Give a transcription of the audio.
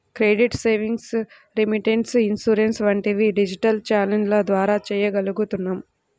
credit, savings, remittance, insurance వంటివి digital ఛానెల్ల ద్వారా చెయ్యగలుగుతున్నాం